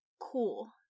cool